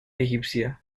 egipcia